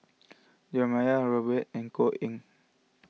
Jeremiah Robert Yeo and Koh Eng Hoon